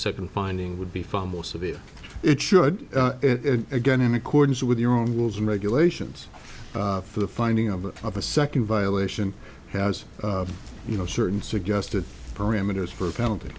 second finding would be far more severe it should again in accordance with your own rules and regulations for the finding of a second violation has you know certain suggested parameters for a penalty